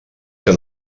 que